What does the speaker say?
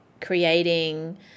creating